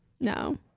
no